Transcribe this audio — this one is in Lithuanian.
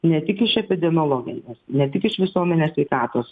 ne tik iš epidemiologinės ne tik iš visuomenės sveikatos